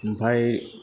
ओमफ्राय